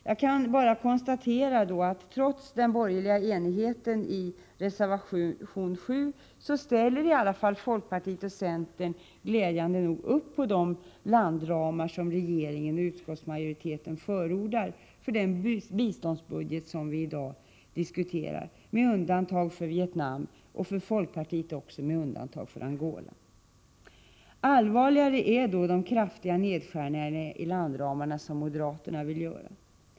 Jag kan bara konstatera att trots den borgerliga enigheten i reservation 7, ställer i alla fall folkpartiet och centern glädjande nog upp på de landramar som regeringen och utskottsmajoriteten förordar för den biståndsbudget vi i dag diskuterar, med undantag för Vietnam och vad gäller folkpartiet också med undantag för Angola. Allvarligare är då de kraftiga nedskärningar i landramarna som moderaterna vill göra.